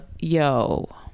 Yo